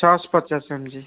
ଛଅଶହ ପଚାଶ M G